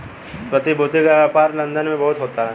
प्रतिभूति का व्यापार लन्दन में बहुत होता है